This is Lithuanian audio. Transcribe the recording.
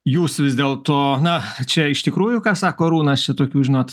jūs vis dėlto na čia iš tikrųjų ką sako arūnas čia tokių žinot